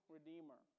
Redeemer